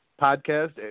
podcast